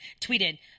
tweeted